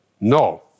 No